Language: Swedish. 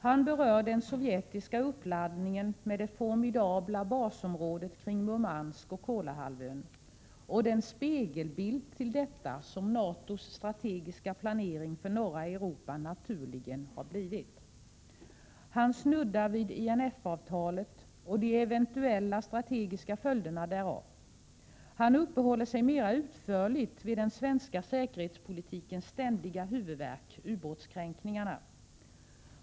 Han berör den sovjetiska uppladdningen med det formidabla basområdet kring Murmansk och Kolahalvön och den spegelbild till detta som NATO:s strategiska planering för norra Europa naturligen har blivit. Han snuddar vid INF-avtalet och de eventuella strategiska följderna därav. Han uppehåller sig mera utförligt vid den svenska säkerhetspolitikens ständiga huvudvärk, ubåtskränkningarna.